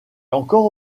encore